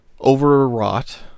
overwrought